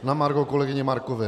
Na margo kolegyně Markové.